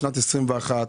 בשנת 2021,